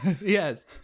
Yes